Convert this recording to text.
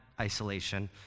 isolation